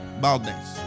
Baldness